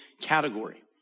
category